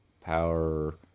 power